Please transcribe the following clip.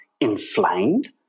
inflamed